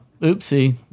oopsie